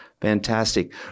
Fantastic